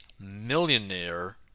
millionaire